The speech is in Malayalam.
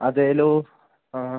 അതേലോ ആ